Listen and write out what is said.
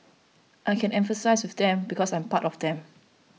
I can empathise with them because I'm part of them